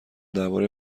درباره